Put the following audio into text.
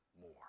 more